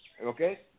Okay